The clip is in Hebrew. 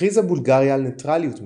הכריזה בולגריה על נייטרליות מדינית,